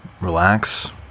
relax